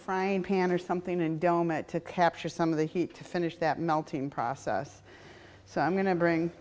frying pan or something and dome it to capture some of the heat to finish that melting process so i'm going to bring